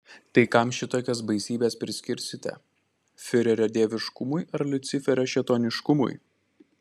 tai kam šitokias baisybes priskirsite fiurerio dieviškumui ar liuciferio šėtoniškumui